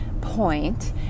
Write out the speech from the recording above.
point